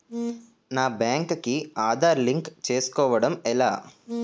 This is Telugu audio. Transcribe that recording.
నా బ్యాంక్ కి ఆధార్ లింక్ చేసుకోవడం ఎలా?